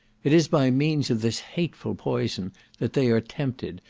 it is by means of this hateful poison that they are tempted,